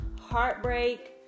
heartbreak